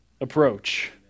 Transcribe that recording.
approach